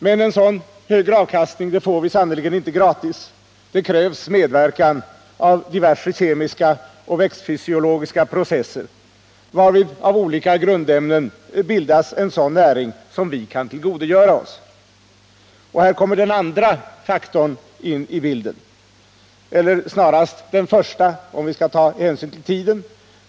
Men en sådan högre avkastning får vi sannerligen inte gratis. Det krävs medverkan av diverse kemiska och växtfysiologiska processer, varvid av olika grundämnen bildas näring i sådan form som vi kan tillgodogöra oss. Och här kommer den andra faktorn in i bilden —eller snarare den första, om vi skall ta hänsyn till tiden.